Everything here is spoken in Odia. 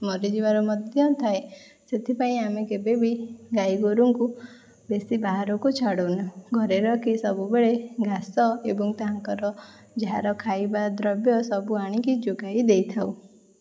ମରିଯିବାର ମଧ୍ୟ ଥାଏ ସେଥିପାଇଁ ଆମେ କେବେବି ଗାଈ ଗୋରୁଙ୍କୁ ବେଶୀ ବାହାରକୁ ଛାଡ଼ୁନା ଘରେ ରଖି ସବୁବେଳେ ଘାସ ଏବଂ ତାଙ୍କର ଯାହାର ଖାଇବା ଦ୍ରବ୍ୟ ସବୁ ଆଣିକି ଯୋଗାଇ ଦେଇଥାଉ